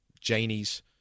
Janie's